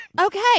Okay